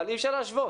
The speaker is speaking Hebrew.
אבל אי אפשר להשוות,